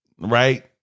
Right